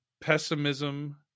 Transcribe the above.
pessimism